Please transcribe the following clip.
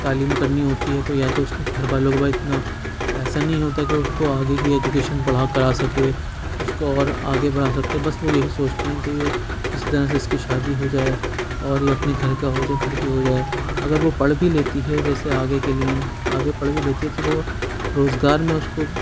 تعلیم کرنی ہوتی ہے تو یا تو اُس کے گھر والوں کے پا اتنا پیسہ نہیں ہوتا کہ اُس کو آگے کی ایجوکیشن بڑھا کرا سکے اُس کو اور آگے بڑھا سکتے بس وہ یہی سوچتے ہیں کہ کسی طرح اِس کی شادی ہو جائے اور یہ اپنے گھر کا ہو جا گھر کی ہو جائے اگر وہ پڑھ بھی لیتی ہے جیسے آگے کے لیے آگے پڑھ بھی لیتی ہے تو روزگار میں اُس کو